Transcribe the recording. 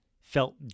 felt